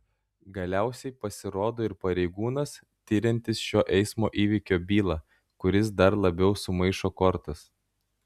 galiausiai pasirodo ir pareigūnas tiriantis šio eismo įvykio bylą kuris dar labiau sumaišo kortas